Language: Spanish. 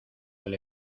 del